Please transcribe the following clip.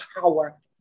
power